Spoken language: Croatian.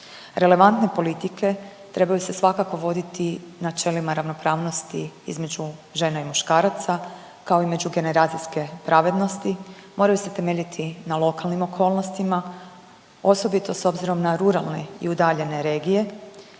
Relevantne politike trebaju se svakako voditi načelima ravnopravnosti između žena i muškaraca, kao i međugeneracijske pravednosti, moraju se temeljiti na lokalnim okolnostima osobito s obzirom na ruralne i udaljene regije,